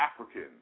African